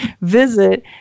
visit